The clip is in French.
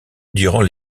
durant